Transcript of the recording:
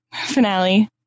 finale